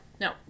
no